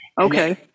Okay